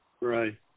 Right